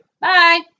Bye